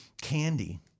candy